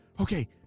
Okay